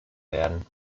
werden